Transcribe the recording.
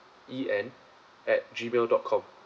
E N at gmail dot com